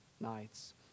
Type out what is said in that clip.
nights